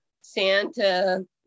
Santa